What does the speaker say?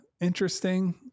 interesting